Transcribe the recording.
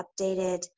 updated